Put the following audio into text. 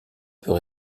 peut